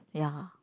ya